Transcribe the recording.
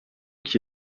qui